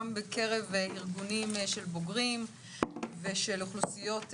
גם בקרב ארגונים של בוגרים ושל אוכלוסיות שונות,